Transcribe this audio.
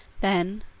then,